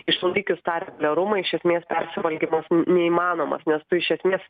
išlaikius tą reguliarumą iš esmės persivalgymas n neįmanomas nes tu iš esmės